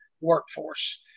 workforce